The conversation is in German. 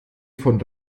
von